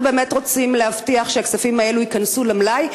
אנחנו רוצים להבטיח שהכספים האלה ייכנסו למלאי,